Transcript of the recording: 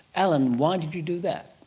alan, why did you do that?